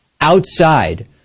outside